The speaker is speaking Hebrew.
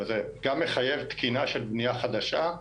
וזה גם מחייב תקינה של בניה חדשה,